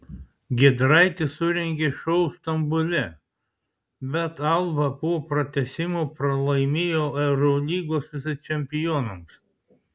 giedraitis surengė šou stambule bet alba po pratęsimo pralaimėjo eurolygos vicečempionams